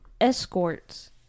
escorts